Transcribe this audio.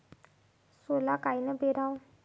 सोला कायनं पेराव?